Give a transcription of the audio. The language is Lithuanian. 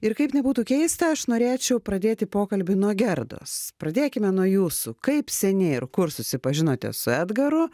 ir kaip nebūtų keista aš norėčiau pradėti pokalbį nuo gerdos pradėkime nuo jūsų kaip seniai ir kur susipažinote su edgaru